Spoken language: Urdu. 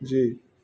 جی